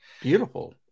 beautiful